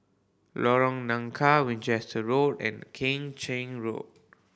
Lorong Nangka Winchester Road and Kheng Cheng Road